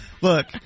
Look